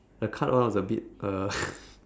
the card one with the bit